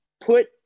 put